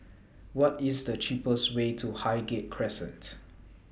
What IS The cheapest Way to Highgate Crescent